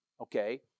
Okay